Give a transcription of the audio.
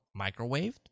microwaved